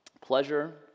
Pleasure